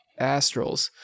astrals